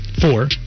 four